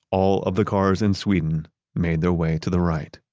all of the cars in sweden made their way to the right.